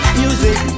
music